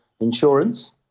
insurance